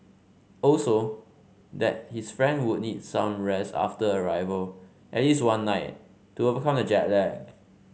also that his friend would need some rest after arrival at least one night to overcome the jet lag